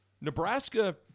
Nebraska